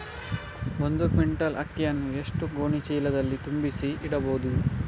ಒಂದು ಕ್ವಿಂಟಾಲ್ ಅಕ್ಕಿಯನ್ನು ಎಷ್ಟು ಗೋಣಿಚೀಲದಲ್ಲಿ ತುಂಬಿಸಿ ಇಡಬಹುದು?